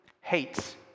hates